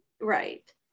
Right